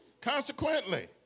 Consequently